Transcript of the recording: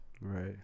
Right